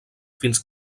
fins